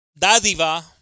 dádiva